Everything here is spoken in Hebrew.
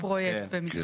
כן.